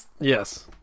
Yes